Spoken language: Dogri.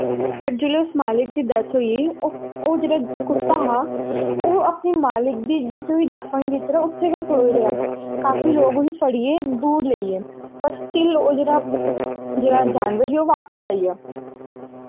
मतलव जिसलै उस मालिक दी डैथ होई ओह् जेह्ड़ा कुत्ता हा ओह् अपनें मालिक दी जित्थें उसी दफन कीते दा हा उत्थें गै ओह् उत्थें गै खड़ेई रेहा काफी लोग उसा फड़ियै दूर लेई गे पर स्टिल ओह् जेह्ड़ा जानवर हा ओह् बापस आई गेआ